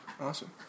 awesome